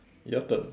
your turn